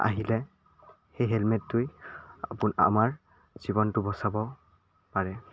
আহিলে সেই হেলমেটটোৱে আমাৰ জীৱনটো বচাব পাৰে